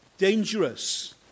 dangerous